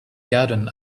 garden